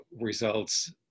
results